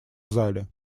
зале